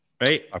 right